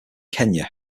kenya